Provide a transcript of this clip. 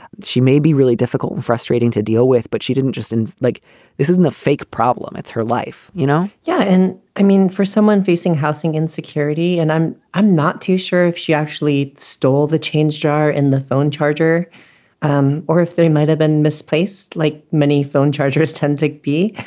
she may be really difficult, frustrating to deal with, but she didn't just end like this isn't a fake problem. it's her life, you know? yeah. and i mean, for someone facing housing insecurity, and i'm i'm not too sure if she actually stole the change jar in the phone charger um or if they might have been misplaced. like many phone chargers tend to be,